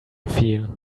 feel